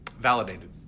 validated